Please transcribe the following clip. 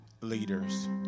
leaders